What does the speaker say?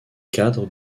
cadre